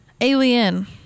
Alien